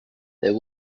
there